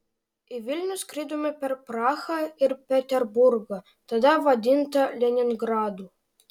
į vilnių skridome per prahą ir peterburgą tada vadintą leningradu